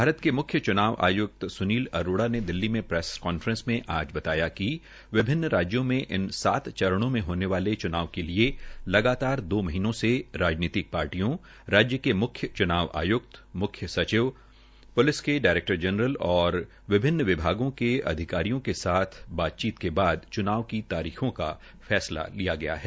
भारत के मुख्य चुनाव आयुक्त सुनील अरोड़ा ने दिल्ली में प्रेस कांफ्रेस में आज बताया कि विभिन्न राज्यों में इन सात चरणों में होने वाले च्नाव के लिये लगातार दो महीनों से राजनीतिक पार्टियों राज्य के मुख्य च्नाव आय्क्त म्ख्य सचिव प्लिस के डायरेक्टर जनरल तथा विभिन्न विभागों के अधिकारियों के साथ बातचीत के बाद च्नाव की तारीखों का फैसला लिया गया है